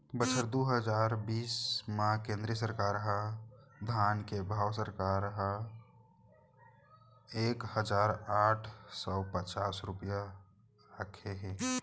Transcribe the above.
बछर दू हजार बीस म केंद्र सरकार ह धान के भाव सरकार ह एक हजार आठ सव पचास रूपिया राखे हे